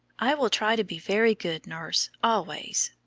i will try to be very good, nurse, always,